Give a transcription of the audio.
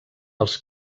els